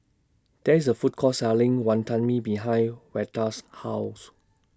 There IS A Food Court Selling Wonton Mee behind Veda's House